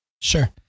Sure